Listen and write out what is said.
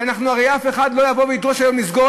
והרי אף אחד לא יבוא וידרוש היום לסגור